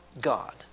God